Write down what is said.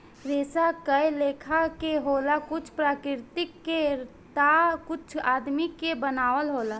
रेसा कए लेखा के होला कुछ प्राकृतिक के ता कुछ आदमी के बनावल होला